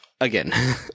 again